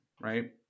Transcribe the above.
right